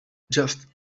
just